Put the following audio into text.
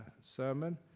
sermon